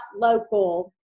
local